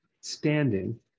standing